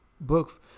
books